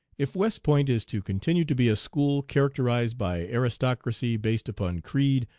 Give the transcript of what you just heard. if west point is to continue to be a school characterized by aristocracy based upon creed,